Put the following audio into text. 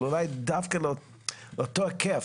אבל אולי דווקא באותו היקף,